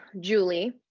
Julie